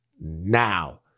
now